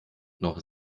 noch